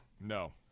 No